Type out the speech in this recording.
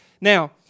Now